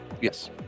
Yes